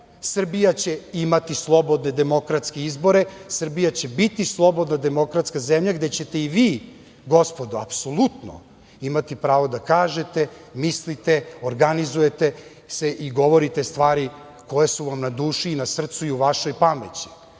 Srbija će imati slobodne demokratske izbore, Srbija će biti slobodna demokratska zemlja, gde ćete i vi gospodo, apsolutno, imati pravo da kažete, mislite, organizujete se, i govorite stvari koje su vam na duši, na srcu i u vašoj pameti,